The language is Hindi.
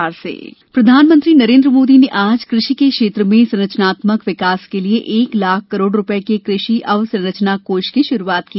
प्रधानमंत्री किसान योजना प्रधानमंत्री नरेन्द्र मोदी ने आज कृषि क्षेत्र में संरचनात्मक विकास के लिए एक लाख करोड़ रूपये के कृषि अवसंरचना कोष की शुरूआत की